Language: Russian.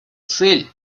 цель